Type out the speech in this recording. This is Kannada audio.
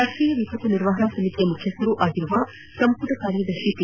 ರಾಷ್ಟೀಯ ವಿಪತ್ತು ನಿರ್ವಹಣಾ ಸಮಿತಿಯ ಮುಖ್ಯಸ್ಥರೂ ಆಗಿರುವ ಸಂಪುಟದ ಕಾರ್ಯದರ್ಶಿ ಪಿ